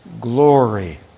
glory